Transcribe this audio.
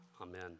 Amen